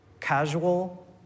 Casual